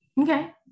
okay